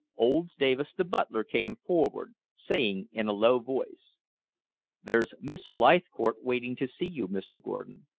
old davis, the butler, came forward, saying in a low voice there's miss leithcourt waiting to see you, mr. gordon.